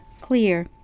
clear